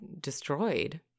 destroyed